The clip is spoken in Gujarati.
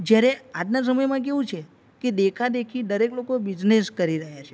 જ્યારે આજના સમયમાં કેવું છે કે દેખાદેખી દરેક લોકો બિઝનેસ કરી રહ્યા છે